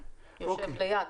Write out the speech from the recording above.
הוא יושב ליד.